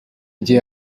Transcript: gihe